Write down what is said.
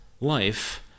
life